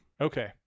Okay